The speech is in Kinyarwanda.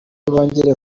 bongera